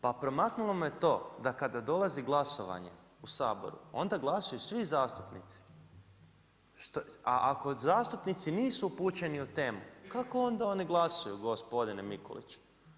Pa promaknulo mu je to da kada dolazi glasovanje u Saboru onda glasuju svi zastupnici, a ako zastupnici nisu upućeni u temu kako onda oni glasuju gospodine Mikuliću?